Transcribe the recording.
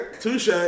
Touche